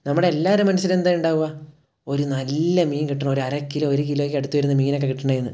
നമ്മുടെ എല്ലാവരെ മനസ്സിലും എന്താണ് ഉണ്ടാവുക ഒരു നല്ല മീൻ കിട്ടണം ഒരു അര കിലോ ഒരു കിലോയ്ക്ക് അടുത്ത് വരുന്ന മീനൊക്കെ കിട്ടണമെന്ന്